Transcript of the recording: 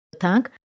tank